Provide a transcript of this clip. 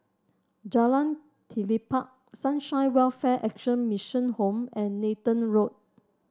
Jalan Telipok Sunshine Welfare Action Mission Home and Nathan Road